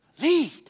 lead